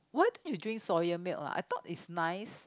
why don't you drink soya milk ah I thought it's nice